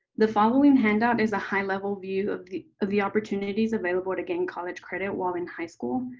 the following handout is a high-level view of the of the opportunities available to getting college credit while in high school.